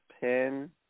pin